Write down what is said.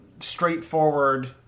straightforward